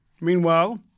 Meanwhile